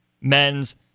men's